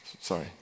Sorry